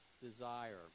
desire